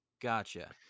Gotcha